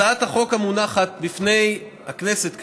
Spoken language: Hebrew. הצעת החוק, המונחת בפני הכנסת כעת,